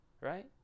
Right